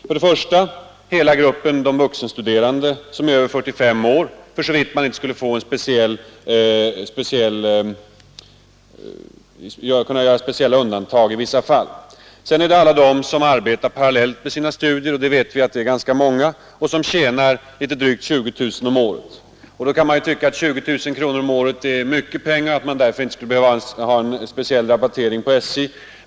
För det första är det hela gruppen vuxenstuderande som är över 45 år, såvida man inte kan göra speciella undantag. Sedan är det alla de som arbetar parallellt med sina studier — vi vet att de är ganska många — och som tjänar litet drygt 20 000 kronor om året. Man kanske kan tycka att 20 000 kronor om året är mycket pengar och att de därför inte behöver få en särskild rabattering på SJ.